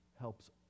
helps